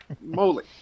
moly